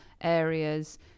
areas